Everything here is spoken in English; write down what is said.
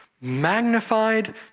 magnified